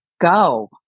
go